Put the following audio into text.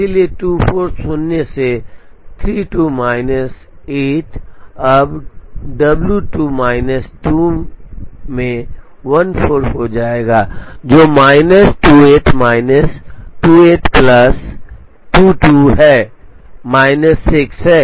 इसलिए 24 शून्य से 32 माइनस 8 अब W 2 माइनस 2 में 14 हो जाएगा जो माइनस 28 माइनस 28 प्लस 22 है माइनस 6 है